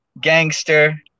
gangster